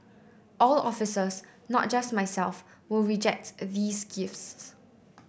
all officers not just myself will reject these gifts